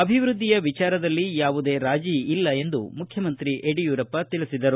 ಅಭಿವೃದ್ಧಿಯ ವಿಚಾರದಲ್ಲಿ ಯಾವುದೇ ರಾಜಿ ಇಲ್ಲ ಎಂದು ಮುಖ್ಯಮಂತ್ರಿ ತಿಳಿಸಿದರು